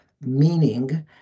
meaning